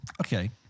okay